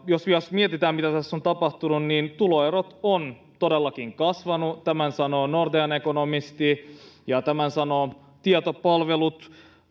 jos jos mietitään mitä tässä on tapahtunut niin tuloerot ovat todellakin kasvaneet tämän sanoo nordean ekonomisti ja tämän sanoo tietopalvelu